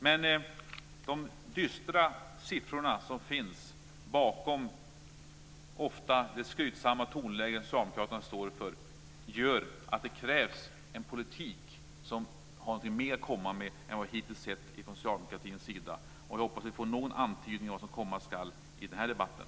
Men de dystra siffror som finns bakom det ofta skrytsamma tonläge som socialdemokraterna står för gör att det krävs en politik som har någonting mer att komma med än vad vi hittills har sett från socialdemokratins sida. Jag hoppas att vi får någon antydning om vad som komma ska i den här debatten.